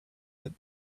hit